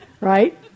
Right